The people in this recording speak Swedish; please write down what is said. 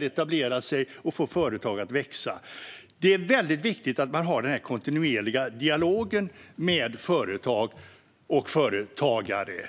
etablera sig där och få företag att växa. Det är viktigt att ha den kontinuerliga dialogen med företag och företagare.